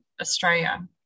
Australia